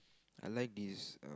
I like this